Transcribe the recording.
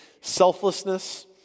selflessness